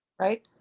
right